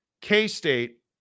K-State